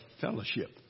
fellowship